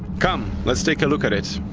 come, let's take a look at it.